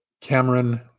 Cameron